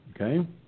Okay